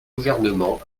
gouvernement